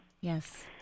Yes